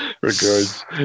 Regards